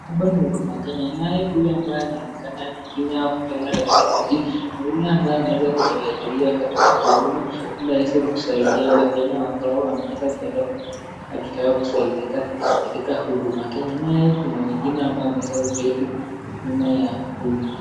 Hapa ni huduma Kenya naya huyu anaonekana akifinya tarakilishi, na yule ambaye ameweza kuajiriwa katika huduma ili awezekuaidia wakenya ambao wameweza kupenda akitaka kusaidiwa huduma Kenya naye kuna wengine ambao wameweza kukiketi nyuma ya huyu.